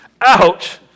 Ouch